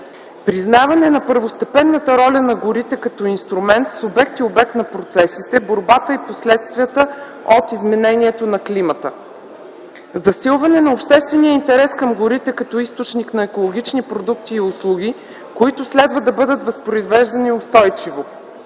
„признаване на първостепенната роля на горите като инструмент – субект и обект, на процесите в борбата и последствията от изменението на климата, засилване на обществения интерес към горите като източник на екологични продукти и услуги, които следва да бъдат възпроизвеждани устойчиво,